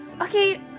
Okay